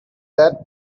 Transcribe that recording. that